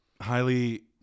highly